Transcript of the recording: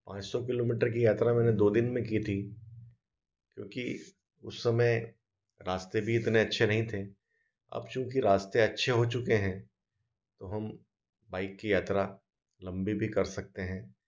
पाँच सौ किलोमोटर की यात्रा मैने दो दिन में की थी क्योंकि उस समय रास्ते भी इतने अच्छे नहीं थे अब क्योकि रास्ते अच्छे नहीं थे तो हम बाइक की यात्रा लम्बी भी कर सकते हैं